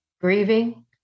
grieving